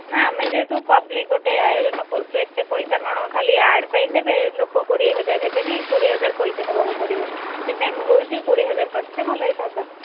ନା ଆମେ ଯେହେତୁ ପବ୍ଲିକ୍ ଗୋଟେ ଆୟୋଜନ କରୁଛୁ ଏତେ ପଇସା କ'ଣ ଖାଲି ଆଡ୍ ପାଇଁ ନେବେ ଲୋକ କୋଡ଼ିଏ ହଜାର ହେବେନି କୋଡ଼ିଏ ହଜାର ପଇସା ଦେବାକୁ ପଡ଼ିବ ସେଥିପାଇଁ ମୁଁ କହୁଛି ଟିକେ କୋଡ଼ିଏ ହଜାର କରିଥିଲେ ଭଲ ହୋଇଥାନ୍ତା